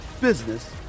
business